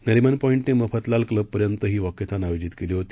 नरिमन पॅांध्ते मफतलाल क्लबपर्यंत ही वॉकेथॉन आयोजित केली होती